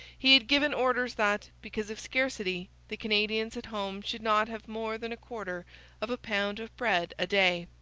he had given orders that, because of scarcity, the canadians at home should not have more than a quarter of a pound of bread a day.